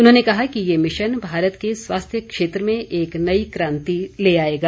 उन्होंने कहा कि यह मिशन भारत के स्वास्थ्य क्षेत्र में एक नई क्रांति ले आएगा